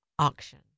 auction